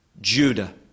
Judah